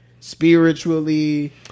Spiritually